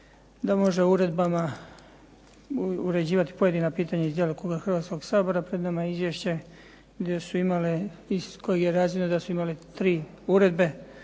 da može uredbama uređivati pojedina pitanja iz djelokruga Hrvatskoga sabora pred nama je izvješće iz kojeg je razvidno da su imali tri uredbe,